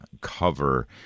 cover